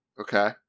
Okay